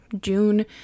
June